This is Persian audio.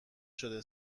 شده